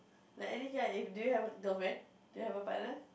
like do you have a girlfriend do you have a partner